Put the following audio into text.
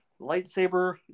lightsaber